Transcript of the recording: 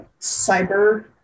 cyber